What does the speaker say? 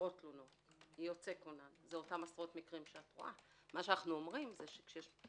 עשרות תלונות - יוצא כונן זה אותם עשרות מקרים שאת רואה.